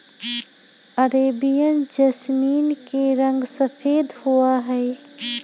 Arabian jasmine के रंग सफेद होबा हई